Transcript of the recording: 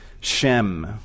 Shem